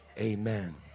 Amen